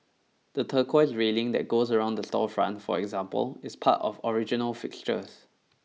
the turquoise railing that goes around the storefront for example is part of original fixtures